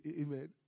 Amen